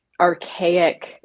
archaic